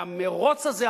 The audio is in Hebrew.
והמירוץ הזה,